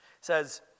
says